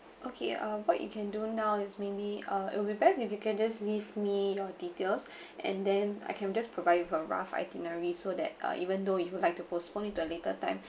okay uh what you can do now is maybe uh it would be best if you can just leave me your details and then I can just provide you a rough itinerary so that uh even though you'd like to postpone it to a later time